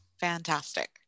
Fantastic